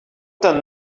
done